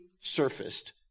surfaced